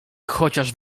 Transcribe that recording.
chociaż